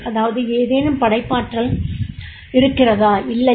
அதாவது ஏதேனும் படைப்பாற்றல் இருக்கிறதா இல்லையா